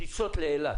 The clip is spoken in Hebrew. טיסות לאילת